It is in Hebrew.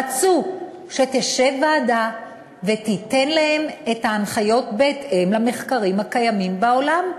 רצו שתשב ועדה ושתיתן להם הנחיות בהתאם למחקרים הקיימים בעולם.